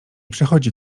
przychodzi